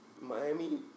Miami